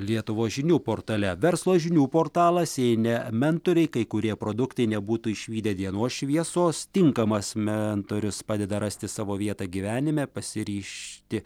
lietuvos žinių portale verslo žinių portalas jei ne mentoriai kai kurie produktai nebūtų išvydę dienos šviesos tinkamas mentorius padeda rasti savo vietą gyvenime pasiryžti